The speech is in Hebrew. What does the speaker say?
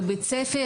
בבית הספר,